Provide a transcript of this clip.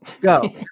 Go